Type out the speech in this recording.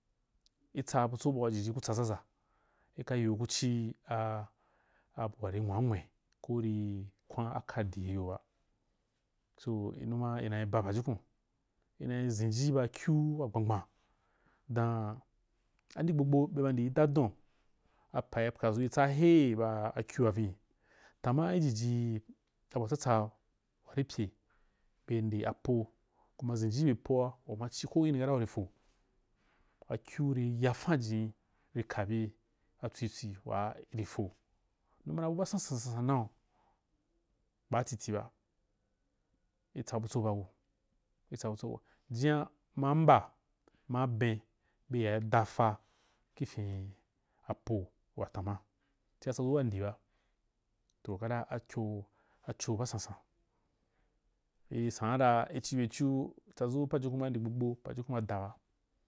Itsaa butso bau jiji ku tsazaza, ika yiu kuchi a-abua nwa’a nwin kori kwan akadi iyoba, so inumaa in aba pajukun unai zenji bakju wa gban gban dana andi gbo gbo berma ndii dadon apai pwazuitsa hei ba akyua vini, tama ijiji abuatsatsa wari pye bei ndeapo. kuma zenji ibe poa uma la ina kata uri to akyu ri yafan jinni ri kabye atswitswi waa ri ko, numana buba sansan nau baatitiba, itsabutso baku-itsabutsoba, jina ma mba, ma’aben beyi daka kifini apo watama chia tsazu wandiba, toh kata acho—acho basansan, isana da ichebyechu tsazu pajukun baa’ndi gbogbo ajukun ba da ba